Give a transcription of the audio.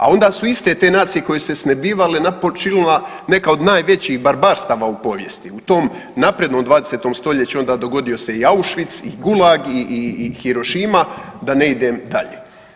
A onda su te iste nacije koje su se snebivale počinila neka od najvećih barbarstava u povijesti u tom naprednom 20. stoljeću onda dogodio se i Auschwitz i Gulag i Hiroshima da ne idem dalje.